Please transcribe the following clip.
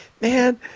man